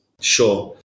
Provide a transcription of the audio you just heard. Sure